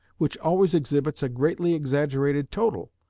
which always exhibits a greatly exaggerated total,